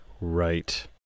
Right